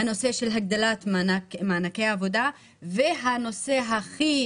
הנושא של הגדלת מענקי העבודה והנושא הכי